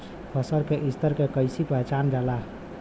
फसल के स्तर के कइसी पहचानल जाला